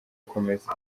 akomeza